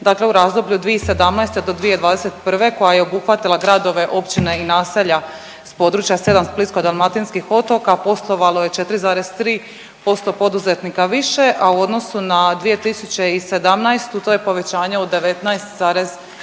dakle u razdoblju od 2017. do 2021. koja je obuhvatila gradove, općine i naselja s područja 7 Splitsko-dalmatinskih otoka, poslovalo je 4,3% poduzetnika više a u odnosu na 2017. to je povećanje od 19,1%.